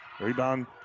Rebound